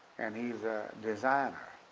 and he's a designer.